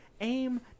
aim